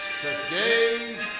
today's